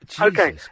okay